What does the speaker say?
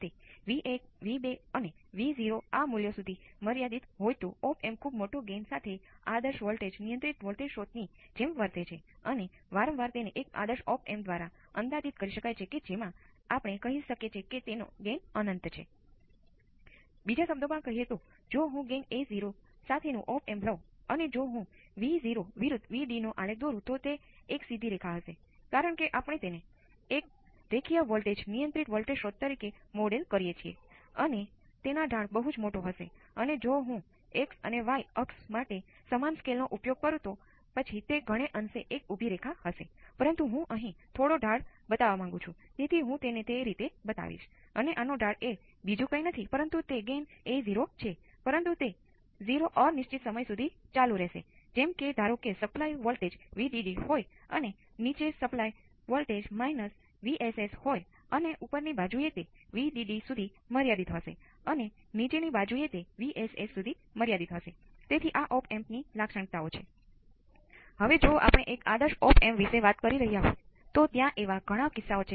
તેથી જો તમે આ સમગ્ર ઇનપુટ સુધી વધશે જે Vs ભાંગ્યા 2 હશે અને Is હજુ પણ 0 છે